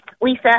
Lisa